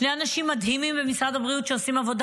הם שני אנשים מדהימים במשרד הבריאות שעושים עבודה,